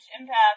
impact